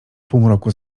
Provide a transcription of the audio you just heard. półmroku